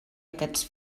aquests